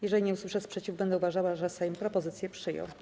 Jeżeli nie usłyszę sprzeciwu, będę uważała, że Sejm propozycję przyjął.